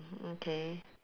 okay